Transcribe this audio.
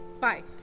Bye